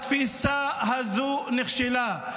התפיסה הזו נכשלה.